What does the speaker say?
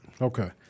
Okay